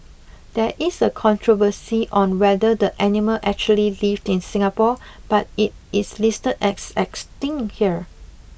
there is a controversy on whether the animal actually lived in Singapore but it is listed as 'Extinct' here